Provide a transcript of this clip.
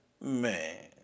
man